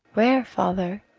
where, father?